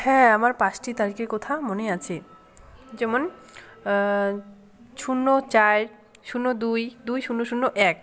হ্যাঁ আমার পাঁচটি তারিখের কথা মনে আছে যেমন শূন্য চার শূন্য দুই দুই শূন্য শূন্য এক